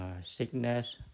sickness